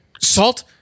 salt